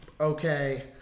okay